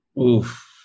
Oof